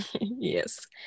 Yes